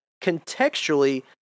contextually